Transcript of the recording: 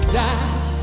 die